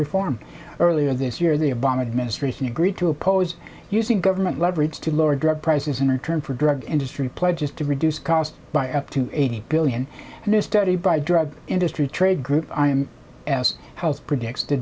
reform earlier this year the obama administration agreed to oppose using government leverage to lower drug prices in return for drug industry pledges to reduce cost by up to eighty billion and a study by drug industry trade group i am s health predicts the